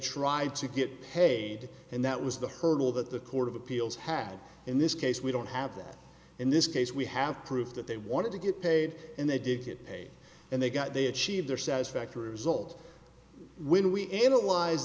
tried to get paid and that was the hurdle that the court of appeals had in this case we don't have that in this case we have proof that they wanted to get paid and they did get paid and they got they achieved their satisfactory result when we analyze